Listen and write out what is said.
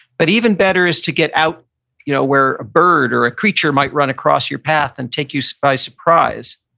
but even better is to get out you know where a bird or a creature might run across your path and take you so by surprise.